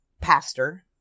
Pastor